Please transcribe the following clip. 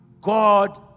God